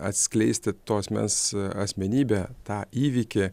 atskleisti to asmens asmenybę tą įvykį